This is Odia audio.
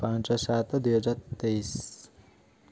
ପାଞ୍ଚ ସାତ ଦୁଇ ହଜାର ତେଇଶି